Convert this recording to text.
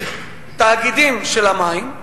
תאגידי מים,